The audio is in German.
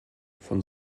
von